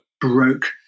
broke